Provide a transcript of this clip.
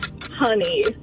Honey